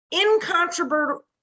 incontrovertible